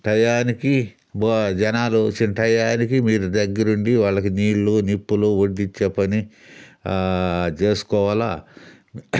టయానికి బో జనాలొచ్చిన టయానికి మీరు దగ్గరుండి వాళ్ళకి నీళ్ళు నిప్పులూ వడ్డిచ్చే పని చేస్కోవాలా